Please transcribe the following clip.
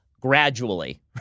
gradually